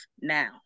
now